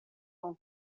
con